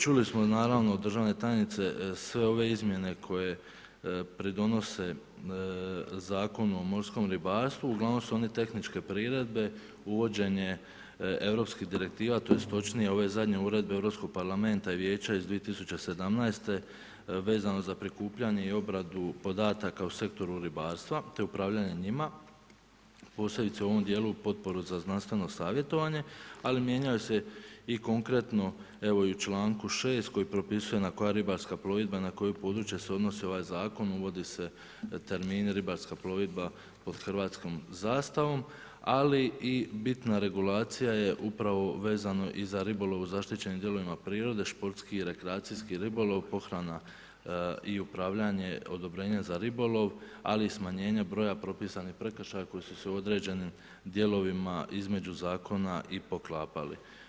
Čuli smo naravno, država tajnice, sve ove izmjene koje pridonose Zakonu o morskom ribarstvu, ugl. su one tehničke priredbe, uvođenje europskih direktive, tj. ove zadnje uredbe Europskog parlamenta i Vijeća iz 2017. vezano za prikupljanje i obradu podataka u sektoru ribarstva, te upravljanje njima, posebice u ovom dijelu potpore za znanstveno savjetovanje, ali mijenjaju se i konkretno, evo i u čl. 6. koji propisuje, na koja ribarska plovidbena i na koja područja se odnosi ovaj zakon, uvodi se termini ribarska plovidba pod hrvatskom zastavom, ali i bitna regulacija je upravo vezano i za ribolov u zaštićenim dijelovima prirode, športski, rekreacijski ribolov, pohrana i upravljanje odobrenje za ribolov, ali i smanjenje broja propisanih prekršaja, koji su se u određenim dijelovima između zakona i poklapali.